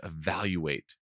evaluate